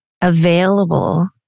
available